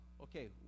Okay